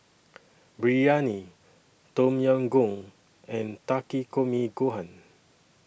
Biryani Tom Yam Goong and Takikomi Gohan